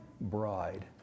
bride